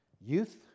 Youth